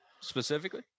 specifically